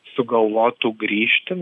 sugalvotų grįžti